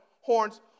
horns